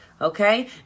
Okay